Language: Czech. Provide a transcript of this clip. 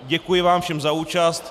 Děkuji vám všem za účast.